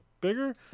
bigger